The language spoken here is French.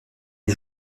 les